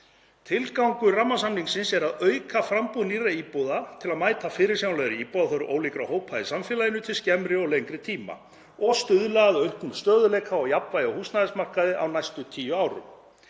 „Tilgangur rammasamningsins er að auka framboð nýrra íbúða til að mæta fyrirsjáanlegri íbúðaþörf ólíkra hópa samfélagsins til skemmri og lengri tíma og stuðla að auknum stöðugleika og jafnvægi á húsnæðismarkaði á næstu tíu árum.